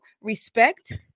respect